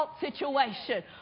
situation